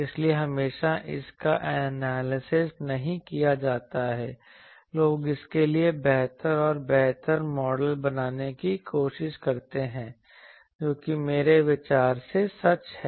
इसलिए हमेशा इसका एनालिसिस नहीं किया जाता है लोग इसके लिए बेहतर और बेहतर मॉडल बनाने की कोशिश करते हैं जो कि मेरे विचार से सच है